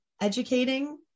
educating